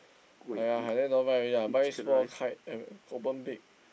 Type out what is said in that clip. !aiya! like that don't want buy already ah buy small kite eh open big